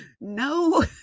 No